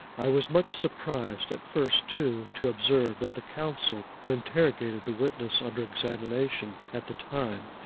i was much surprised at first, too, to observe that the counsel who interrogated the witness under examination at the time,